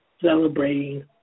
celebrating